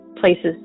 places